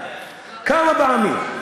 כמה פעמים,